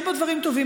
יש בו דברים טובים,